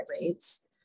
rates